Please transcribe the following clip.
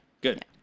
Good